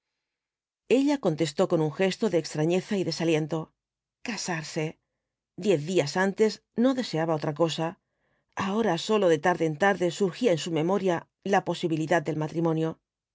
ella contestó con un gesto de extrañeza y desaliento casarse diez días antes no deseaba otra cosa ahora sólo de tarde en tarde surgía en su memoria la posibilidad del matrimonio